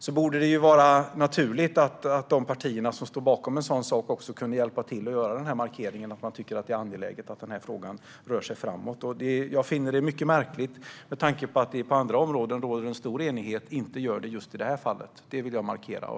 Då borde det vara naturligt att låta de partier som står bakom detta hjälpa till med att göra markeringen att det är angeläget att denna fråga rör sig framåt. Jag finner det mycket märkligt att det inte råder en stor enighet i just detta fall när det gör det på andra områden, och det vill jag markera.